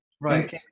Right